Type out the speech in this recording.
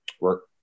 work